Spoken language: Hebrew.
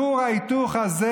כור ההיתוך הזה,